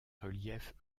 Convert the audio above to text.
reliefs